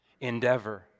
endeavor